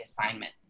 assignment